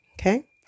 Okay